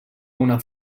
una